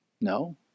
No